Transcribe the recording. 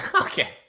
Okay